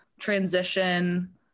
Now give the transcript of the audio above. transition